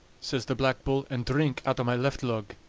says the black bull, and drink out o' my left lug,